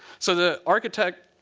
so the architect,